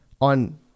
on